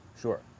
Sure